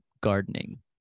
gardening